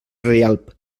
rialp